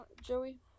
Joey